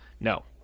no